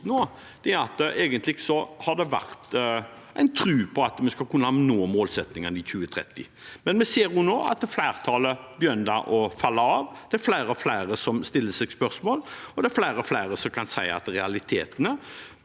egentlig har vært en tro på at vi skulle kunne nå målsettingen i 2030, men vi ser nå at flertallet begynner å falle av. Det er flere og flere som stiller spørsmål ved dette, og det er flere og flere som kan si at realitetene